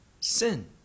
sin